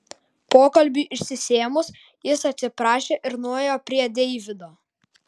pokalbiui išsisėmus jis atsiprašė ir nuėjo prie deivido